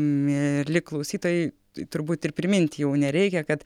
mieli klausytojai turbūt ir priminti jau nereikia kad